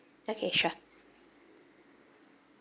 okay sure